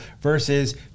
versus